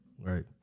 Right